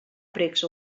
precs